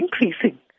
increasing